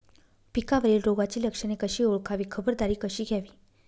पिकावरील रोगाची लक्षणे कशी ओळखावी, खबरदारी कशी घ्यावी?